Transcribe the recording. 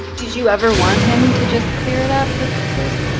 did you ever want him to just clear it up with the proof?